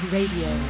Radio